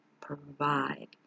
provide